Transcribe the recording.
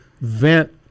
vent